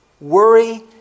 worry